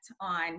on